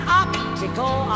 optical